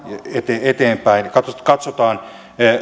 eteenpäin katsotaan katsotaan